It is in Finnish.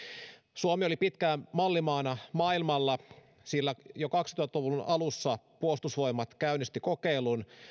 suomi oli pitkään mallimaana maailmalla sillä jo kaksituhatta luvun alussa puolustusvoimat käynnisti kokeilun